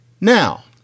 Now